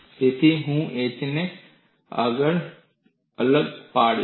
તેથી હું h ને અલગ પાડીશ